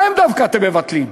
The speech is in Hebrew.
להם דווקא אתם מבטלים.